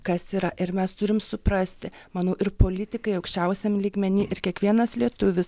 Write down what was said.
kas yra ir mes turim suprasti manau ir politikai aukščiausiam lygmeny ir kiekvienas lietuvis